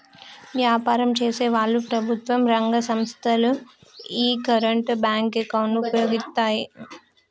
వ్యాపారం చేసేవాళ్ళు, ప్రభుత్వం రంగ సంస్ధలు యీ కరెంట్ బ్యేంకు అకౌంట్ ను వుపయోగిత్తాయి